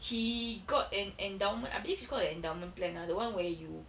he got an endowment I believe it's called an endowment plan lah the one where you